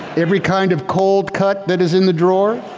every kind of cold cut that is in the drawer,